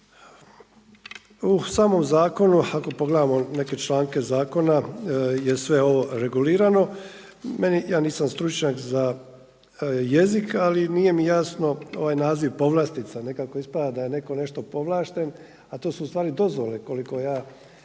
U samom zakonu ako pogledamo neke članke zakona je sve ovo regulirano. Ja nisam stručnjak za jezik, ali nije mi jasno ovaj naziv povlastica. Nekako ispada da je netko nešto povlašten, a to su u stvari dozvole koliko ja